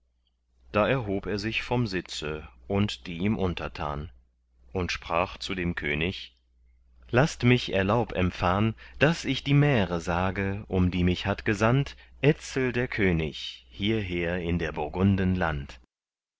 da erhob er sich vom sitze und die ihm untertan und sprach zu dem könig laßt mich erlaub empfahn daß ich die märe sage um die mich hat gesandt etzel der könig hierher in der burgunden land